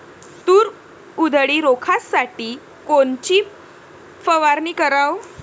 तूर उधळी रोखासाठी कोनची फवारनी कराव?